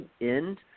end